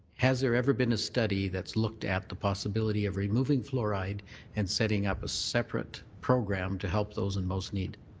has there ever been a study that's looked at the possibility of removing fluoride and setting up a separate program to help those in most need?